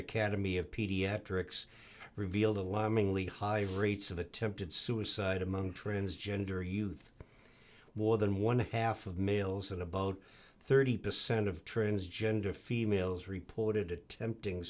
academy of pediatrics revealed alarmingly high rates of attempted suicide among transgender youth more than one half of males and about thirty percent of transgender females reported attempting